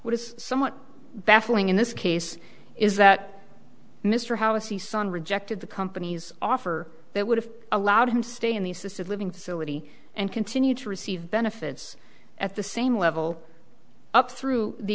what is somewhat baffling in this case is that mr housey son rejected the company's offer that would have allowed him to stay in the assisted living facility and continue to receive benefits at the same level up through the